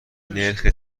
نرخ